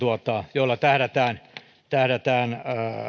joilla tähdätään tähdätään